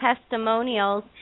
testimonials